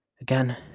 Again